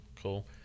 Cool